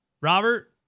Robert